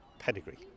Pedigree